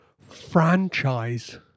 franchise